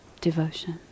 devotion